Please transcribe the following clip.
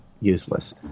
useless